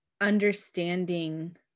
understanding